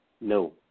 No